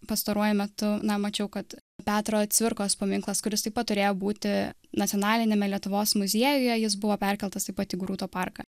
pastaruoju metu na mačiau kad petro cvirkos paminklas kuris taip pat turėjo būti nacionaliniame lietuvos muziejuje jis buvo perkeltas į patį grūto parką